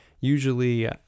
usually